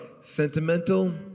Sentimental